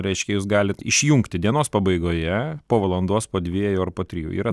reiškia jūs galit išjungti dienos pabaigoje po valandos po dviejų ar po trijų yra